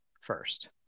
first